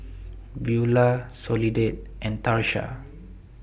Beulah Soledad and Tarsha